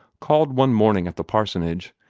called one morning at the parsonage,